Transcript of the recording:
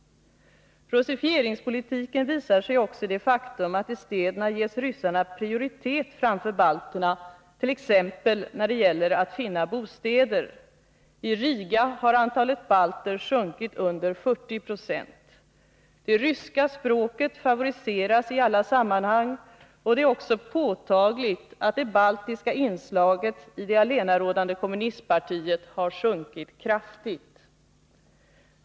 Russifieringspolitiken visar sig också i det faktum att i städerna ryssarna ges prioritet framför balterna, t.ex. när det gäller att finna bostäder. I Riga har antalet balter sjunkit till under 40 26. Det ryska språket favoriseras i alla sammanhang, och det är också påtagligt att det baltiska inslaget i det allenarådande kommunistpartiet har sjunkit kraftigt.